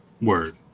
Word